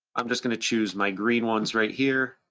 i'm just gonna choose my green ones right here,